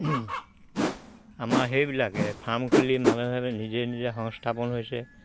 আমাৰ সেইবিলাকে ফাৰ্ম খুলি নিজে নিজে সংস্থাপন হৈছে